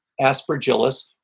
aspergillus